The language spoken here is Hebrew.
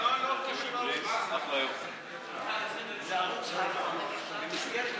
חוק התקשורת (בזק ושידורים) (תיקון